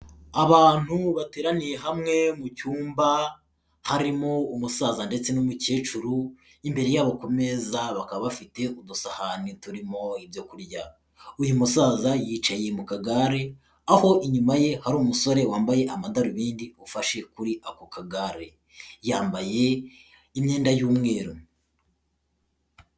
Abantu bateraniye hamwe mu cyumba harimo umusaza ndetse n'umukecuru, imbere yabo ku meza bakaba bafite udusahane turimo ibyo kurya. Uyu musaza yicaye mu kagare aho inyuma ye hari umusore wambaye amadarubindi ufashe kuri ako kagare. Yambaye imyenda y'umweru.